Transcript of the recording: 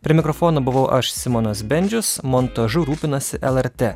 prie mikrofono buvau aš simonas bendžius montažu rūpinasi lrt